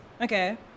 Okay